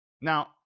Now